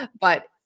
but-